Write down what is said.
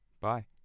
Bye